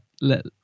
let